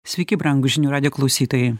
sveiki brangūs žinių radijo klausytojai